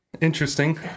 interesting